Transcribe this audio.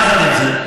יחד עם זה,